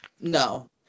No